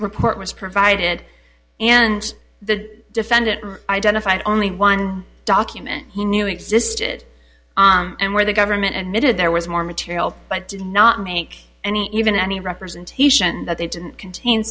report was provided and the defendant identified only one document he knew existed and where the government and needed there was more material but did not make any even any representation that they didn't contain